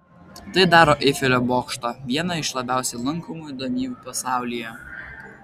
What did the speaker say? tai daro eifelio bokštą viena iš labiausiai lankomų įdomybių pasaulyje